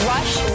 Rush